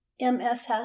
mss